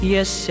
Yes